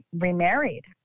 remarried